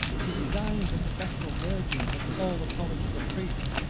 he designed that the vestal virgins, and all the colleges of priests,